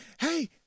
Hey